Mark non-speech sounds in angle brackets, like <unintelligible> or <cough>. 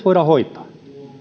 <unintelligible> voidaan hoitaa